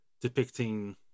depicting